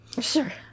Sure